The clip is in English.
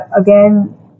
again